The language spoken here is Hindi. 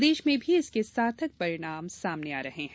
प्रदेश में भी इसके सार्थक परिणाम सामने आ रहे हैं